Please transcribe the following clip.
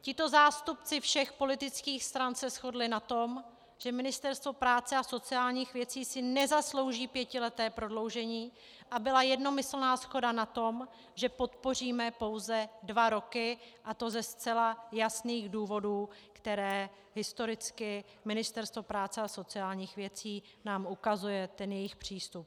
Tito zástupci všech politických stran se shodli na tom, že Ministerstvo práce a sociálních věcí si nezaslouží pětileté prodloužení, a byla jednomyslná shoda na tom, že podpoříme pouze dva roky, a to ze zcela jasných důvodů, které historicky Ministerstvo práce a sociálních věcí nám ukazuje, ten jejich přístup.